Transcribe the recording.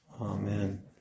Amen